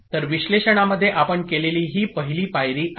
तर विश्लेषणामध्ये आपण केलेली ही पहिली पायरी आहे